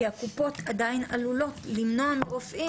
כי הקופות עדיין עלולות למנוע מרופאים לנפק.